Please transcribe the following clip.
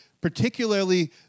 particularly